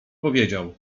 powiedział